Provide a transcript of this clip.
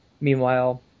meanwhile